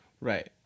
Right